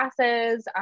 classes